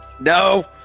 no